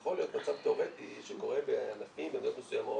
יכול להיות מצב תיאורטי שקורה בענפים במדינות מסוימות